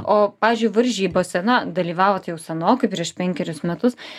o pavyzdžiui varžybose na dalyvavot jau senokai prieš penkerius metus